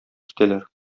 китәләр